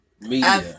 media